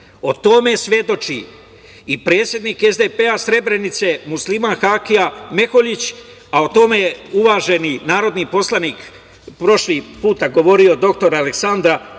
O tome svedoči i predsednik SDP-a Srebrenice Musliman Hakija Meholjić, a o tome je uvaženi narodni poslanik prošli put govorio, dr Aleksandar